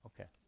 Okay